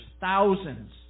Thousands